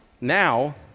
now